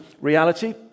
reality